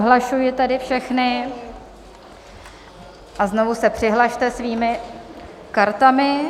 Odhlašuji tedy všechny a znovu se přihlaste svými kartami.